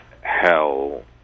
Hell